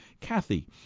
Kathy